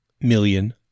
million